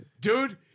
Dude